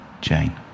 Jane